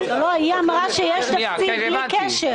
שיש פה נציגה שגם רוצה להגיד שני משפטים בעניין הזה.